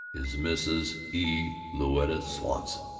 is mrs. e. louetta swanson.